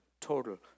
total